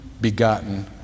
begotten